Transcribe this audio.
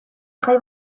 jai